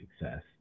success